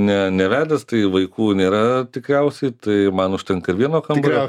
ne nevedęs tai vaikų nėra tikriausiai tai man užtenka ir vieno kambario